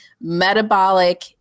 metabolic